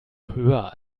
höher